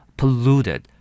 polluted